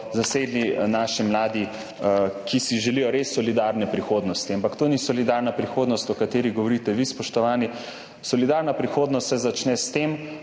zasedli naši mladi, ki si želijo res solidarne prihodnosti. Ampak to ni solidarna prihodnost, o kateri govorite vi, spoštovani. Solidarna prihodnost se začne s tem,